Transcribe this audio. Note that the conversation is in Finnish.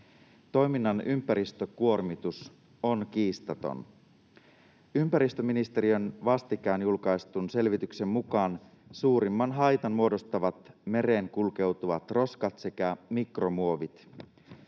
Toiminnan ympäristökuormitus on kiistaton. Ympäristöministeriön vastikään julkaistun selvityksen mukaan suurimman haitan muodostavat mereen kulkeutuvat roskat sekä mikromuovit